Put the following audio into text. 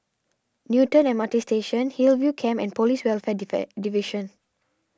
Newton M R T Station Hillview Camp and Police Welfare Division